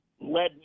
led